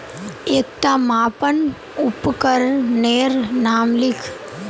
एकटा मापन उपकरनेर नाम लिख?